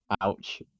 Ouch